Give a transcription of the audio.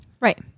Right